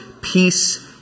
peace